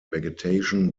vegetation